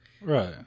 Right